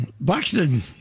Buxton